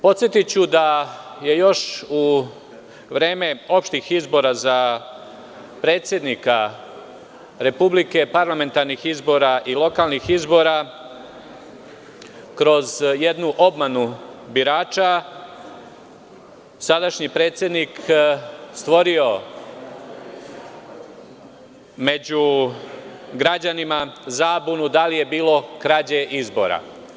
Podsetiću da je još u vreme opštih izbora za predsednika Republike, parlamentarnih izbora i lokalnih izbora, kroz jednu obmanu birača, sadašnji predsednik stvorio među građanima zabunu da li je bilo krađe izbora.